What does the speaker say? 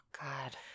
God